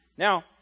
Now